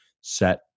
set